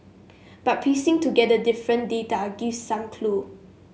but piecing together different data gives some clue